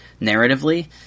narratively